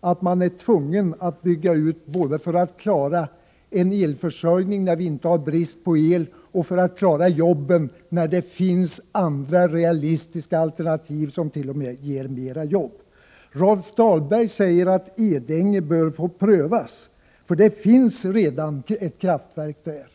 att man är tvungen att bygga ut både för att klara elförsörjningen, trots att det inte råder någon brist på el, och för att klara jobben, trots att det finns andra realistiska alternativ som t.o.m. ger fler jobb. Rolf Dahlberg säger att Edänge bör få prövas, för där finns redan ett kraftverk.